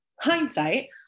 hindsight